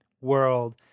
world